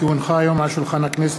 כי הונחו היום על שולחן הכנסת,